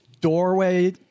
doorway